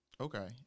Okay